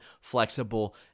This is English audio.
flexible